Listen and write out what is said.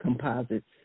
composites